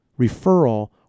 referral